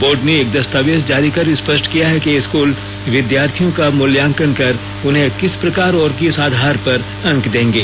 board ने एक दस्तावेज जारी कर स्पष्ट किया है कि स्कूल विद्यार्थियों का मूल्यांकन कर उन्हें अंक किस प्रकार और किस आधार पर देंगे